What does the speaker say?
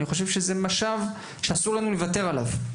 זה משאב שאסור לנו לוותר עליו.